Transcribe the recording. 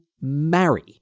marry